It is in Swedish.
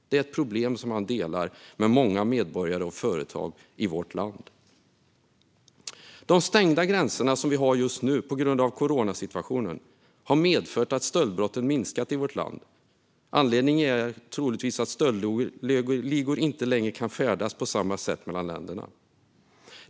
Det är ett problem som han delar med många medborgare och företag i vårt land. De stängda gränserna just nu på grund av coronasituationen har medfört att stöldbrotten minskat i vårt land. Anledningen är troligtvis att stöldligor inte längre kan färdas på samma sätt mellan länderna.